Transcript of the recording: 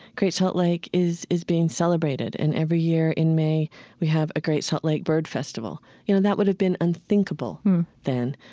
great salt lake is is being celebrated, and every year in may we have a great salt lake bird festival. you know that would've been unthinkable then.